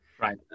Right